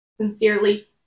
Sincerely